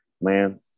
Man